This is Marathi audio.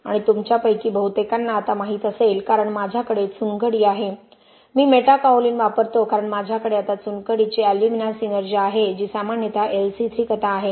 आणि तुमच्यापैकी बहुतेकांना आता माहित असेल कारण माझ्याकडे चुनखडी आहे मी मेटाकाओलिन वापरतो कारण माझ्याकडे आता चुनखडीची एल्युमिना सिनर्जी आहे जी सामान्यत LC3 कथा आहे